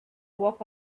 walk